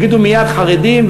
יגידו מייד "חרדים",